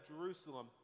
Jerusalem